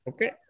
Okay